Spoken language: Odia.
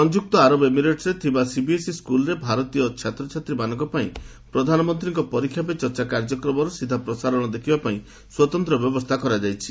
ସଂଯୁକ୍ତ ଆରବ ଏମିରେଟ୍ସରେ ଥିବା ସିବିଏସ୍ଇ ସ୍କୁଲ୍ରେ ଭାରତୀୟ ଛାତ୍ରଛାତ୍ରୀମାନଙ୍କ ପାଇଁ ପ୍ରଧାନମନ୍ତ୍ରୀଙ୍କ ପରୀକ୍ଷା ପର୍ ଚର୍ଚା କାର୍ଯ୍ୟକ୍ରମର ସିଧା ପ୍ରସାରଣ ଦେଖିବା ପାଇଁ ସ୍ପତନ୍ତ୍ର ବ୍ୟବସ୍ଥା କରାଯାଇଛି